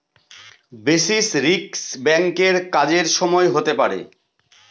basis risk ব্যাঙ্কের কাজের সময় হতে পারে